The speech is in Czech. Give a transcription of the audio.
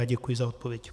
Děkuji za odpověď.